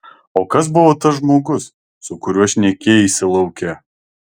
o kas buvo tas žmogus su kuriuo šnekėjaisi lauke